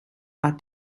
are